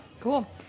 Cool